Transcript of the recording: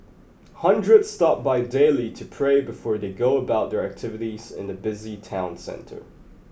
hundreds stop by daily to pray before they go about their activities in the busy town centre